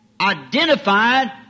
identified